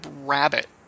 rabbit